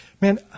man